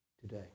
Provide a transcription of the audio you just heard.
today